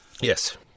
Yes